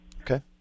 Okay